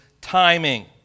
timing